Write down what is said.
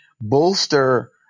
bolster